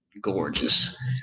gorgeous